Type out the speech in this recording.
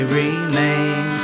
remain